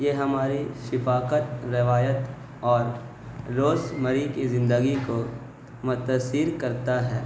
یہ ہماری شفاقت روایت اور روز مری کی زندگی کو متثر کرتا ہے